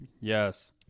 Yes